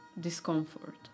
discomfort